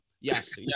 Yes